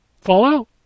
Fallout